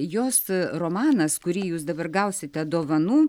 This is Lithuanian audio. jos romanas kurį jūs dabar gausite dovanų